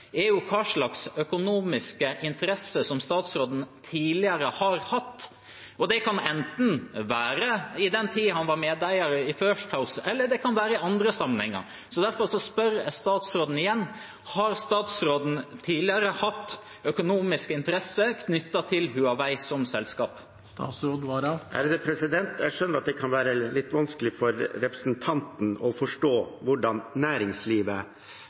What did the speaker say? er hvilke økonomiske interesser statsråden tidligere har hatt. Og det kan enten være i den tiden han var medeier i First House, eller det kan være i andre sammenhenger. Derfor spør jeg statsråden igjen: Har statsråden tidligere hatt økonomiske interesser knyttet til Huawei som selskap? Jeg skjønner at det kan være litt vanskelig for representanten å forstå hvordan næringslivet